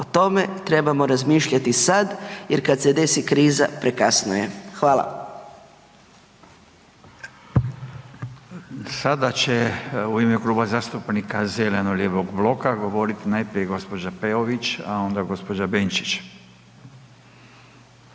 o tome trebamo razmišljati sad jer kad se desi kriza prekasno je. Hvala. **Radin, Furio (Nezavisni)** Sada će u ime Kluba zastupnika zeleno-lijevog bloka govorit najprije gđa. Peović, a onda gđa. Benčić.